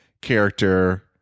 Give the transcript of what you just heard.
character